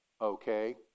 Okay